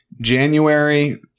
January